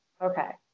okay